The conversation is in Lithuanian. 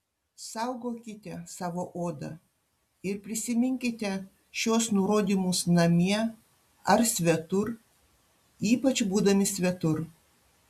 saugokite savo odą ir prisiminkite šiuos nurodymus namie ar svetur ypač būdami svetur